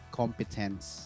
competence